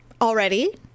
already